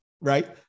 right